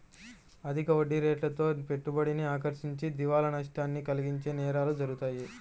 అధిక వడ్డీరేట్లతో పెట్టుబడిని ఆకర్షించి దివాలా నష్టాన్ని కలిగించే నేరాలు జరుగుతాయి